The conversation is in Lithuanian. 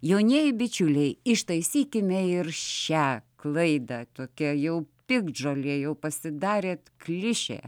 jaunieji bičiuliai ištaisykime ir šią klaidą tokia jau piktžolė jau pasidarėt klišė